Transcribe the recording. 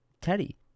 Teddy